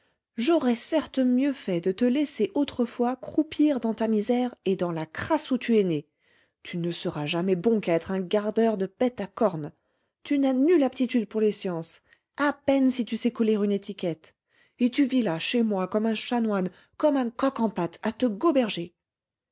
j'aurais certes mieux fait de te laisser autrefois croupir dans ta misère et dans la crasse où tu es né tu ne seras jamais bon qu'à être un gardeur de bêtes à cornes tu n'as nulle aptitude pour les sciences à peine si tu sais coller une étiquette et tu vis là chez moi comme un chanoine comme un coq en pâte à te goberger